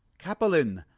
capolin,